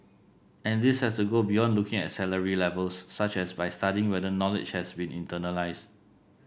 and this has to go beyond looking at salary levels such as by studying whether knowledge has been internalised